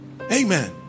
Amen